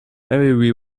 maybe